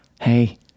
hey